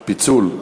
פיצול.